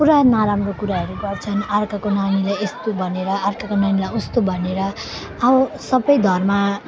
पुरा नराम्रो कुराहरू गर्छन् अर्काको नानीलाई यस्तो भनेर अर्काको नानीलाई उस्तो भनेर अब सबै धर्म